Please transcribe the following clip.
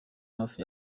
hafi